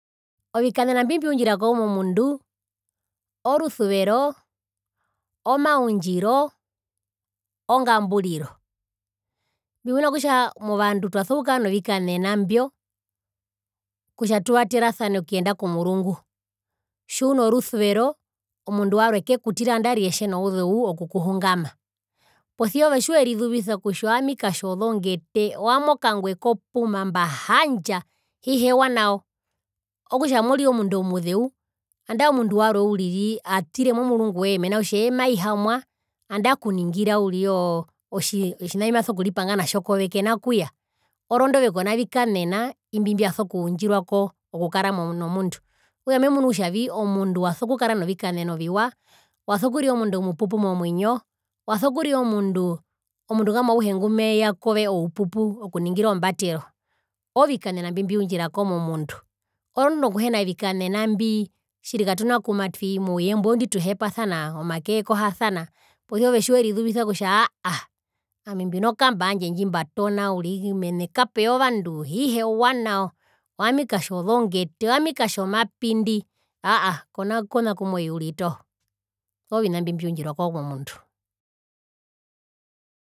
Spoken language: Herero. Ovikanena mbimbiundjirako momundu orusuvero, omaundjiro, ongamburiro mbimuna kutja movandu twaso kukara novikanena mbyo kutja tuvaterasane okuyenda komurungu tjiuno rusuvero omundu warwe kekutira nangarire tjenouzeu okukuhungama posia ove tjiwerizuvisa kutja owami katjozongete owami okangue ko puma mbahandja hiheewa nao okutja morire omundu omuzeu andae omundu warwe uriri atire momurunguwe mena rokutja eye maihamwa andae okuningira uriri ooo otjina tjimaso kuripanga natjo kove kena kuya orondu ove kona vikanena imbi mbiaso kuundjirwako okukara no momundu okutja memunu kutjavi omundu wasokukara novikanena oviwa waso kurira omundu omupupu momwinyo waso kurira omundu omundu ngamwa auhe ngumeya kove oupupu okuningira ombatero oovikanena mbimbiundjirako momundu orondu nokuhena vikanena mbi tjiri katuna kumatwii mouyembwi oondi tuhepasana omake yekohasana posia ove tjiwerizuvisa kutja aahaa ami mbino kamba yandje ndjimbatona uriri mene kapeya ovandu hihewa nao owami katjozongete owami katjomapindi aahaa kona konakumoii uriri toho oovina mbiundjirwako komundu.